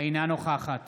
אינה נוכחת